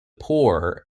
poor